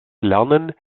lernen